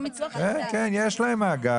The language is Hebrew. כן, כן, יש להם מאגר.